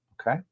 Okay